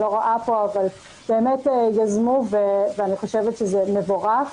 ואני חושבת שזה מבורך.